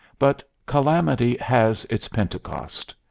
but calamity has its pentecost.